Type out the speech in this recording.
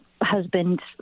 husband